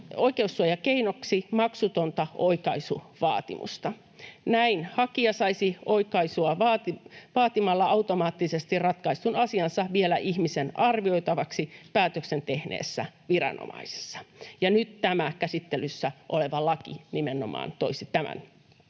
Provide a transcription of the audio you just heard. oikeussuojakeinoksi maksu-tonta oikaisuvaatimusta. Näin hakija saisi oikaisua vaatimalla automaattisesti ratkaistun asiansa vielä ihmisen arvioitavaksi päätöksen tehneessä viranomaisessa. Nyt tämä käsittelyssä oleva laki nimenomaan toisi tämän